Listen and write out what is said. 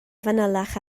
fanylach